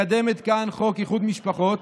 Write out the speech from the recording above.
מקדמת כאן חוק איחוד משפחות,